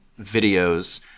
videos